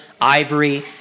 ivory